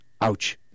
ouch